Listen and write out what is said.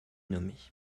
nommée